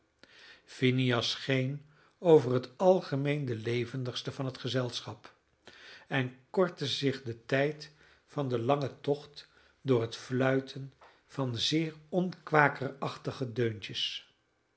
phineas scheen over het algemeen de levendigste van het gezelschap en kortte zich den tijd van den langen tocht door het fluiten van zeer onkwakerachtige deuntjes